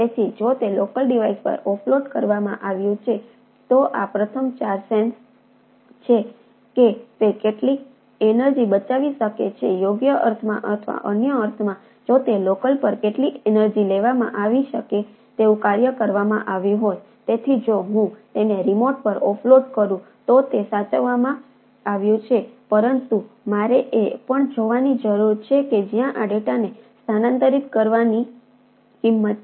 તેથી જો તે લોકલ ડિવાઇસ પર ઓફલોડ કરવામાં આવ્યું છે તો આ પ્રથમ ચાર સેન્સ પર ઓફલોડ કરું તો તે સાચવવામાં આવ્યું છે પરંતુ મારે એ પણ જોવાની જરૂર છે કે જ્યાં આ ડેટાને સ્થાનાંતરિત કરવાની કિંમત છે